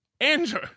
Andrew